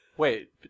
Wait